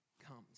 comes